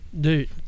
Dude